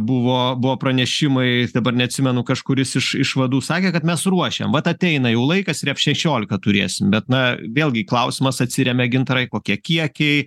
buvo buvo pranešimai dabar neatsimenu kažkuris iš iš vadų sakė kad mes ruošiam vat ateina jau laikas ir f šešiolika turėsim bet na vėlgi klausimas atsiremia gintarai kokie kiekiai